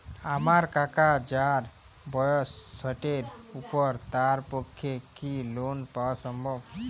আমার কাকা যাঁর বয়স ষাটের উপর তাঁর পক্ষে কি লোন পাওয়া সম্ভব?